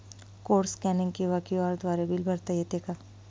Code scanning किंवा QR द्वारे bill भरता येते का?